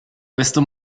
questo